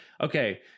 okay